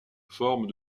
forment